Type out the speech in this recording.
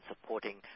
supporting